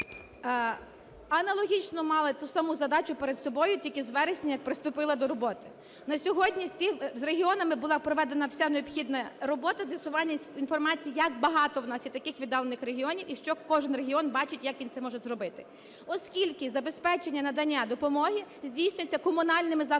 Аналогічно мали ту саму задачу перед собою, тільки з вересня приступила до роботи. На сьогодні з регіонами була проведена вся необхідна робота, з'ясування інформації ,як багато в нас є таких відділених регіонів і що кожен регіон бачить, як він це може зробити, оскільки забезпечення надання допомоги здійснюється комунальними закладами